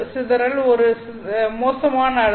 சிதறல் ஒரு மோசமான அளவு